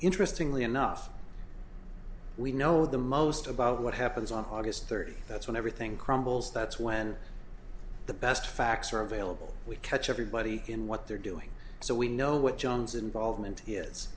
interestingly enough we know the most about what happens on august thirty that's when everything crumbles that's when the best facts are available we catch everybody in what they're doing so we know what john's involvement is